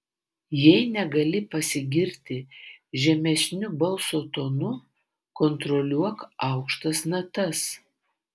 jei negali pasigirti žemesniu balso tonu kontroliuok aukštas natas